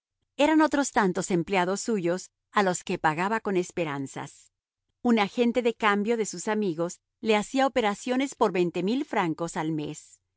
eran otros tantos empleados suyos a los que pagaba con esperanzas un agente de cambio de sus amigos le hacía operaciones por francos al mes